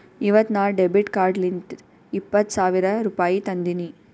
ಇವತ್ ನಾ ಡೆಬಿಟ್ ಕಾರ್ಡ್ಲಿಂತ್ ಇಪ್ಪತ್ ಸಾವಿರ ರುಪಾಯಿ ತಂದಿನಿ